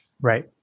Right